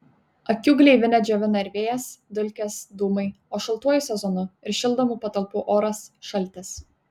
akių gleivinę džiovina ir vėjas dulkės dūmai o šaltuoju sezonu ir šildomų patalpų oras šaltis